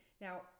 Now